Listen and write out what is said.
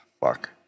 Fuck